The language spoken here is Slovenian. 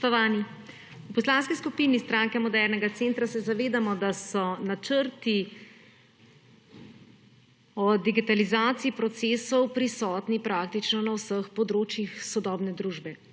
V Poslanski skupini Stranke modernega centra se zavedamo, da so načrti o digitalizaciji procesov prisotni praktično na vseh področjih sodobne družbe.